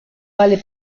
vale